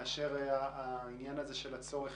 מאשר העניין הזה של צורך